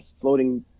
floating